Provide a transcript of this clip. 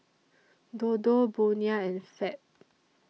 Dodo Bonia and Fab